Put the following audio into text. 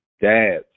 dad